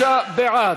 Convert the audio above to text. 73 בעד,